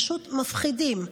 פשוט מפחידים.